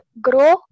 grow